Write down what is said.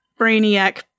Brainiac